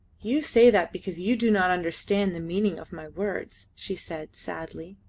you say that because you do not understand the meaning of my words, she said sadly.